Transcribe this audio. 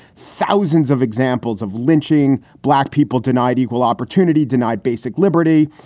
thousands of examples of lynching black people. denied equal opportunity, denied basic liberty.